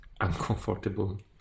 uncomfortable